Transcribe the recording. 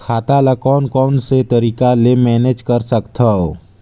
खाता ल कौन कौन से तरीका ले मैनेज कर सकथव?